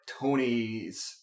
Tony's